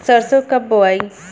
सरसो कब बोआई?